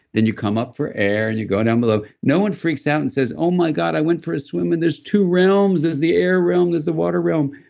then you come up for air and you go down below. no one freaks out and goes, oh my god, i went for a swim and there's two realms. there's the air realm, there's the water realm,